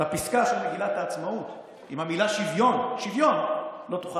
את הפסקה של מגילת העצמאות עם המילה "שוויון" לא תוכל